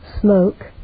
smoke